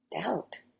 doubt